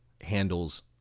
handles